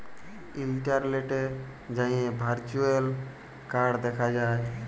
ইলটারলেটে যাঁয়ে virtual card দ্যাখা যায়